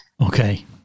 Okay